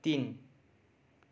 तिन